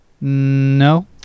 No